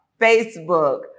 Facebook